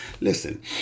Listen